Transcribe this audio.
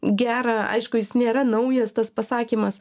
gerą aišku jis nėra naujas tas pasakymas